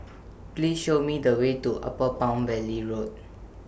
Please Show Me The Way to Upper Palm Valley Road